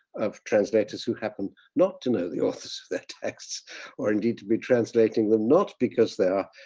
of translators who happen not to know the authors their text or indeed to be translating them not because they are